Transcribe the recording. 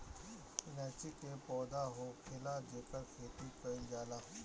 इलायची के पौधा होखेला जेकर खेती कईल जाला